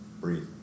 breathe